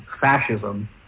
fascism